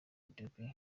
ethiopia